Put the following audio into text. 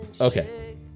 Okay